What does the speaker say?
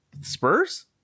Spurs